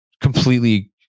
Completely